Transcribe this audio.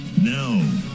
now